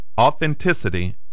authenticity